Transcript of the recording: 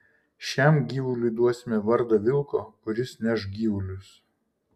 šiam gyvuliui duosime vardą vilko kuris neš gyvulius